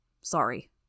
Sorry